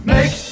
Make